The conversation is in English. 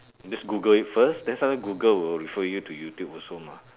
just google it first then sometime google will refer you to youtube also mah